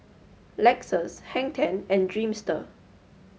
Lexus Hang Ten and Dreamster